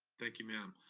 thank you, ma'am.